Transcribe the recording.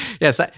Yes